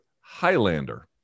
Highlander